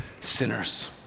sinners